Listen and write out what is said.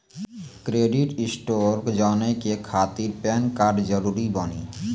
Credit score जाने के खातिर पैन कार्ड जरूरी बानी?